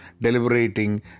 deliberating